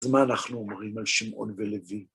אז מה אנחנו אומרים על שמעון ולוי?